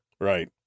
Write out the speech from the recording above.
Right